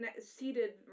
seated